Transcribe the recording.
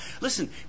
Listen